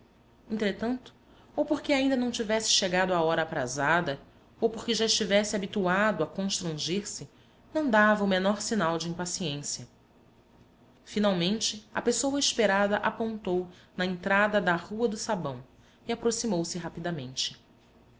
entretanto ou porque ainda não tivesse chegado a hora aprazada ou porque já estivesse habituado a constranger se não dava o menor sinal de impaciência finalmente a pessoa esperada apontou na entrada da rua do sabão e aproximouse rapidamente